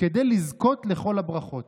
כדי לזכות לכל הברכות.